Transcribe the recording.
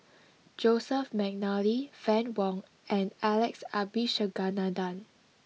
Joseph McNally Fann Wong and Alex Abisheganaden